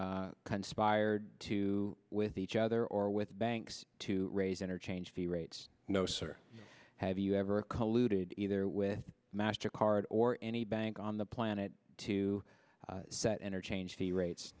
ever conspired to with each other or with banks to raise interchange the rates no sir have you ever colluded either with master card or any bank on the planet to set in or change the rates